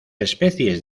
especies